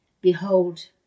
Behold